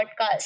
podcast